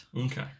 Okay